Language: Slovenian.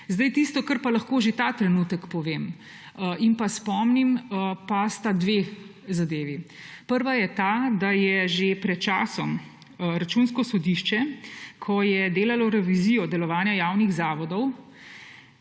Tisto, kar pa lahko že ta trenutek povem in spomnim, pa sta dve zadevi. Prva je ta, da je že pred časom Računsko sodišče, ko je delalo revizijo delovanja javnih zavodov,